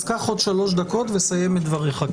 אז קח עוד שלוש דקות וסיים את דבריך.